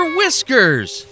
Whiskers